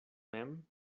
mem